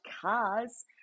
cars